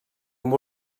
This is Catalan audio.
amb